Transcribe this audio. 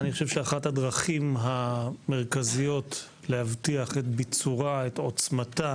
אני חושב שאחת הדרכים המרכזיות להבטיח את ביצורה ועוצמתה